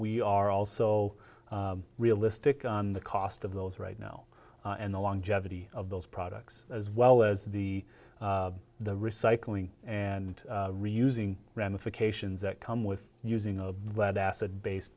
we are also realistic on the cost of those right now and the longevity of those products as well as the the recycling and reusing ramifications that come with using a